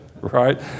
right